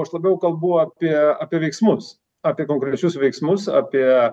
aš labiau kalbu apie apie veiksmus apie konkrečius veiksmus apie